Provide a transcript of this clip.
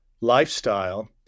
lifestyle